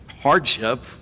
hardship